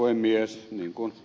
niin kuin ed